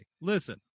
listen